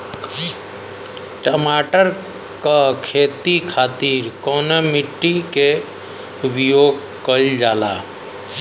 टमाटर क खेती खातिर कवने मिट्टी के उपयोग कइलजाला?